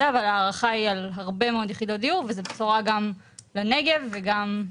אבל ההערכה היא על הרבה מאוד יחידות דיור וזו בשורה גם לנגב וגם.